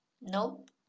Nope